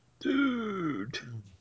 Dude